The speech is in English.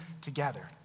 together